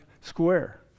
square